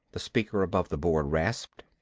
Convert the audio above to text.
the speaker above the board rasped.